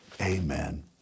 Amen